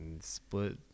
split